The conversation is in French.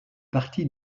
partie